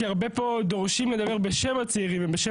כי הרבה פה דורשים לדבר בשם הצעירים ובשם